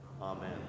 Amen